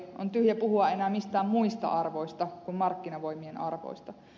on tyhjä puhua enää mistään muista arvoista kuin markkinavoimien arvoista